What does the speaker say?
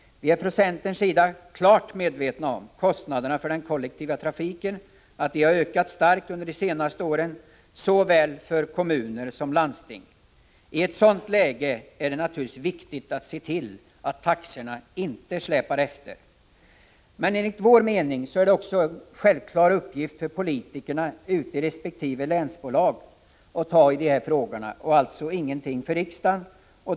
Vi är från centerns sida klart medvetna om att kostnaderna för den kollektiva trafiken har ökat starkt under de senaste åren för såväl kommuner som landsting. I ett sådant läge är det viktigt att se till att taxorna inte släpar efter. Men enligt vår mening är detta en självklar uppgift för politikerna i resp. länsbolag och ingenting för riksdagen.